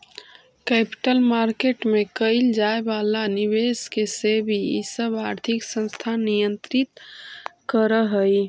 capital market में कैइल जाए वाला निवेश के सेबी इ सब आर्थिक संस्थान नियंत्रित करऽ हई